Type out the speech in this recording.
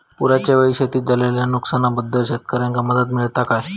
पुराच्यायेळी शेतीत झालेल्या नुकसनाबद्दल शेतकऱ्यांका मदत मिळता काय?